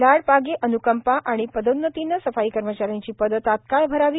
लाड पागे अन्कंपा आणि पदोन्नतीनं सफाई कर्मचा यांची पदे तात्काळ भरावी